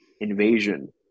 Invasion